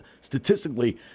statistically